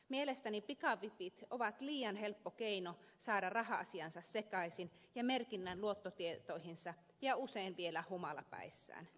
mielestäni pikavipit ovat liian helppo keino saada raha asiansa sekaisin ja merkinnän luottotietoihinsa ja usein vielä humalapäissään